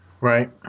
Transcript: Right